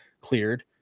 cleared